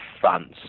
France